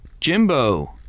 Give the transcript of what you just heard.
Jimbo